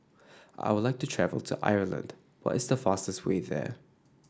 I would like to travel to Ireland what is the fastest way there